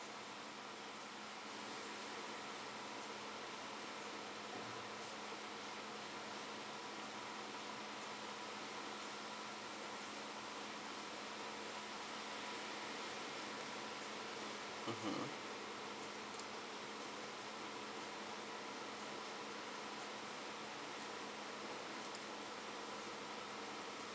mmhmm